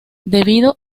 debido